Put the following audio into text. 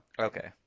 Okay